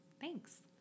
Thanks